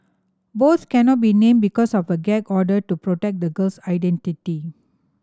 both cannot be named because of a gag order to protect the girl's identity